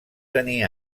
tenir